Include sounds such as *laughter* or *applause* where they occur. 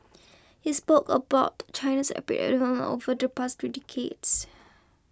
he spoke about China's *unintelligible* over the past three decades